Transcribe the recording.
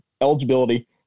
eligibility